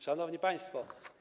Szanowni Państwo!